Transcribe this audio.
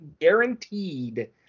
Guaranteed